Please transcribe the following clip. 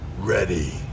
ready